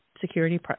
security